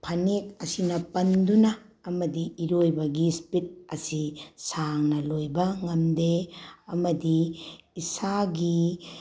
ꯐꯅꯦꯛ ꯑꯁꯤꯅ ꯄꯟꯗꯨꯅ ꯑꯃꯗꯤ ꯏꯔꯣꯏꯕꯒꯤ ꯏꯁꯄꯤꯠ ꯑꯁꯤ ꯁꯥꯡꯅ ꯂꯣꯏꯕ ꯉꯝꯗꯦ ꯑꯃꯗꯤ ꯏꯁꯥꯒꯤ